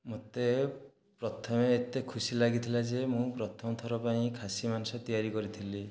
ମୋତେ ପ୍ରଥମେ ଏତେ ଖୁସି ଲାଗିଥିଲା ଯେ ମୁଁ ପ୍ରଥମଥର ପାଇଁ ଖାସି ମାଂସ ତିଆରି କରିଥିଲି